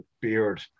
beard